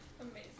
Amazing